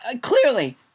clearly